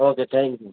okay thank you